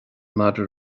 madra